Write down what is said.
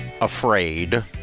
afraid